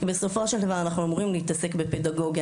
כי בסופו של דבר אנחנו אמורים להתעסק בפדגוגיה,